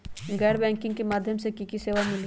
गैर बैंकिंग के माध्यम से की की सेवा मिली?